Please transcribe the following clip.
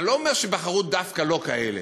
אני לא אומר שבחרו דווקא לא כאלה,